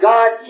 God